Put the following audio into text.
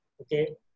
Okay